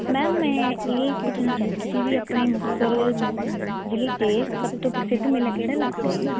ma'am ਮੈਂ ਇਹ ਪੁੱਛਣਾ ਚਾਹੁੰਦੀ ਸੀ ਵੀ ਆਪਣੇ ਮੁਕਤਸਰ ਜਿਲੇ ਤੇ ਸਭ ਤੋਂ ਪ੍ਰਸਿੱਧ ਮੇਲਾ ਕਿਹੜਾ ਲੱਗਦਾ ਜੀ